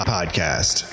Podcast